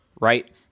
right